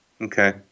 Okay